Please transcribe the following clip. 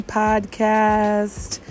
podcast